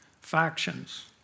factions